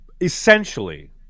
Essentially